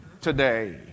today